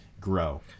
grow